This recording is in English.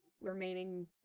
remaining